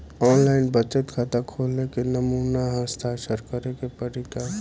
आन line बचत खाता खोले में नमूना हस्ताक्षर करेके पड़ेला का?